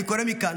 אני קורא מכאן